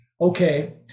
okay